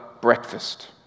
breakfast